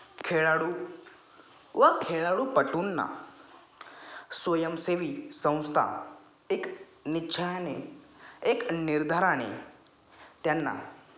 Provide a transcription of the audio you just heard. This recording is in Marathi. खेळाडू व खेळाडूपटूंना स्वयंसेवी संस्था एक निश्चयाने एक निर्धाराने त्यांना